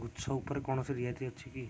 ଗୁଚ୍ଛ ଉପରେ କୌଣସି ରିହାତି ଅଛି କି